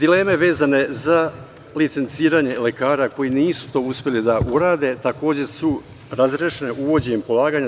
Dileme vezane za licenciranje lekara koji nisu to uspelida urade takođe su razrešene uvođenjem polaganja